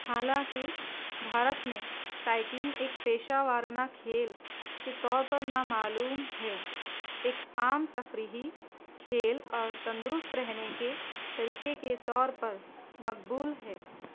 حالانکہ بھارت میں سائیکلنگ ایک پیشہ ورانہ کھیل کے طور پر نامعلوم ہے ایک عام تفریحی کھیل اور تندرست رہنے کے طریقے کے طور پر مقبول ہے